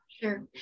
sure